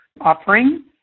offering